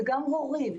וגם הורים,